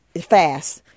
fast